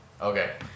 Okay